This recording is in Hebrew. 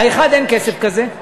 האחד, אין כסף כזה,